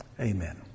amen